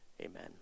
Amen